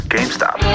GameStop